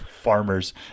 farmers